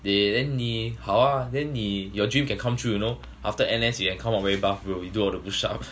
they then 你好 ah then 你 your dreams can come true you know after N_S you can come out very buff bro you do all the push up